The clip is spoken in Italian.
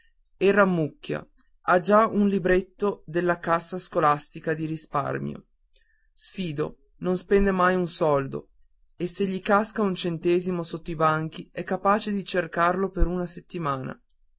e rammucchia ha già un libretto della cassa scolastica di risparmio sfido non spende mai un soldo e se gli casca un centesimo sotto i banchi è capace di cercarlo per una settimana